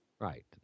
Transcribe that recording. Right